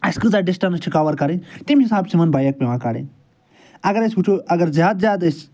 اَسہِ کۭژاہ ڈِسٹَنٕس چھِ کَوَر کَرٕنۍ تَمہِ حِساب چھِ تِمَن بایک پٮ۪وان کَڑٕنۍ اگر أسۍ وٕچھو اگر زیاد زیاد أسۍ